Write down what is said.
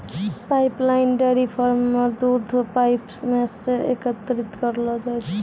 pipeline dairy farm म दूध pipe सें एकत्रित करलो जाय छै